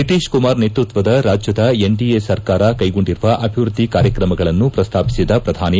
ನಿತೀಶ್ ಕುಮಾರ್ ನೇತೃತ್ವದ ರಾಜ್ಜದ ಎನ್ಡಿಎ ಸರ್ಕಾರ ಕೈಗೊಂಡಿರುವ ಅಭಿವೃದ್ದಿ ಕಾರ್ಯಕ್ರಮಗಳನ್ನು ಪ್ರಸ್ತಾಪಿಸಿದ ಪ್ರಧಾನಿ